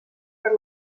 per